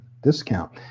discount